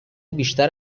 بیشتر